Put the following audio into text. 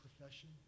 profession